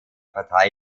partei